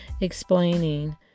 explaining